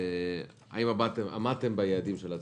האם עמדתם ביעדים של עצמכם?